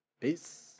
Peace